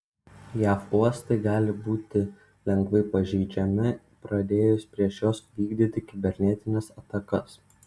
jav uostai gali būti lengvai pažeidžiami pradėjus prieš juos vykdyti kibernetines atakas